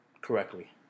correctly